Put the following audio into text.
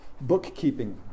bookkeeping